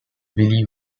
willie